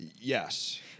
Yes